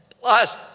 plus